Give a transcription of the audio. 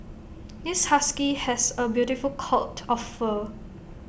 this husky has A beautiful coat of fur